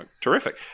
Terrific